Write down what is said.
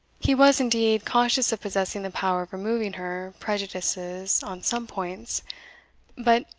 he was, indeed, conscious of possessing the power of removing her prejudices on some points but,